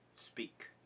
speak